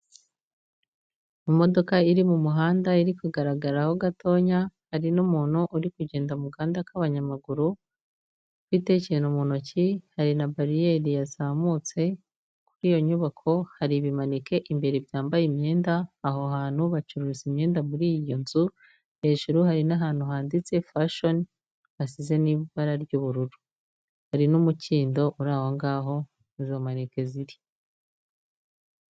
Imodoka iri mu muhanda iri kugaragaraho gatoya, hari n'umuntu uri kugenda mu gahanda k'abanyamaguru ufite ikintu mu ntoki; hari na bariyeri yazamutse, kuri iyo nyubako hari ibimaneke imbere byambaye imyenda, aho hantu bacuruza imyenda muri iyo nzu, hejuru hari n'ahantu handitse fashoni, hasize n'ibara ry'ubururu. Hari n'umukindo uri aho ngaho izo maneke ziri.